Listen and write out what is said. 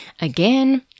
Again